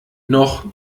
noch